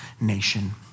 nation